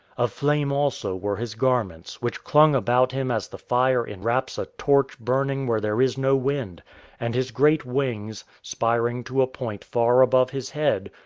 of flame also were his garments, which clung about him as the fire enwraps a torch burning where there is no wind and his great wings, spiring to a point far above his head,